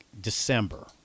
december